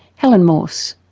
helen morse.